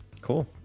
cool